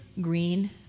green